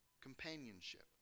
companionship